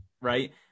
right